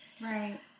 Right